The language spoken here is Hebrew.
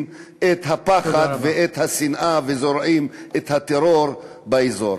את הפחד והשנאה וזורעים את הטרור באזור.